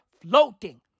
floating